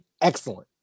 Excellent